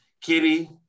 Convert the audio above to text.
Kitty